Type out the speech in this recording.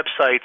websites